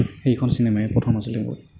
সেইখন চিনেমাই প্ৰথম আছিলে মোৰ